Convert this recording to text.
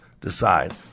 decide